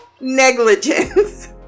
negligence